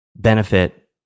benefit